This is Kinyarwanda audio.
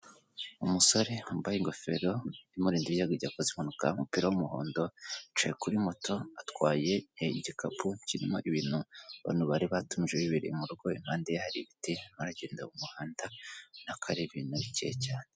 Umusore wambaye ingofero imurinda igihe akoze impanuka, umupira w'umuhondo. Yicaye kuri moto atwaye, igikapu kirimo ibintu abantu bari batumije bibereye mu rugo. Impande ye hari ibiti arimo aragenda mu muhanda, ubona ko ari ibintu bikeye cyane.